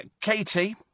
Katie